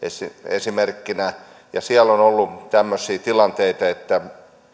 esimerkkinä ja siellä on ollut tämmöisiä tilanteita että